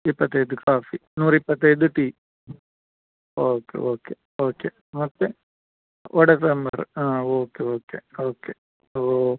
ಇಪ್ಪತೈದು ಕಾಫಿ ನೂರು ಇಪ್ಪತ್ತೈದು ಟೀ ಓಕೆ ಓಕೆ ಓಕೆ ಮತ್ತು ವಡೆ ಸಾಂಬರು ಹಾಂ ಓಕೆ ಓಕೆ ಓಕೆ ಓಕೆ